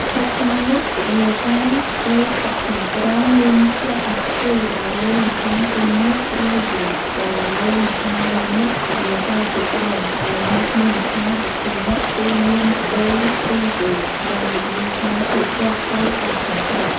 សព្វថ្ងៃនេះវិញ្ញាសាសីប៉ាក់តាក្រ មានលក្ខណៈទ្វេ ដែលលេងម្ខាង ២ នាក់ រីហ្គូ (Regu) ដែលលេងម្ខាង៣នាក់ វិញ្ញាសាជាក្រុម ដែលមានគ្នាម្ខាង១២នាក់គឺមាន ៣ រីហ្គូ (Regu) និងវិញ្ញាសា ហ៊ូប (Hoop) ទាត់សីដាក់កន្ត្រក ។